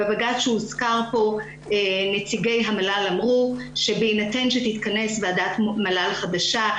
בבג"ץ שהוזכר פה נציגי המל"ל אמרו שבהינתן שתתכנס ועדת מל"ל חדשה,